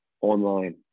online